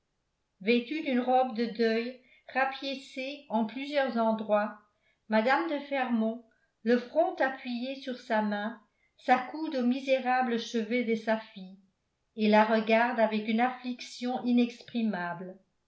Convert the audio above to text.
vêtue d'une robe de deuil rapiécée en plusieurs endroits mme de fermont le front appuyé sur sa main s'accoude au misérable chevet de sa fille et la regarde avec une affliction